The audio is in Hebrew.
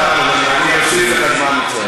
לא, בבקשה, אני אוסיף לך זמן, אם צריך.